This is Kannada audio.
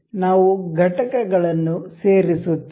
ನಾವು ಘಟಕಗಳನ್ನು ಸೇರಿಸುತ್ತೇವೆ